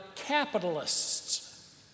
Capitalists